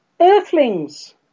Earthlings